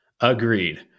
agreed